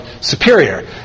superior